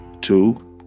two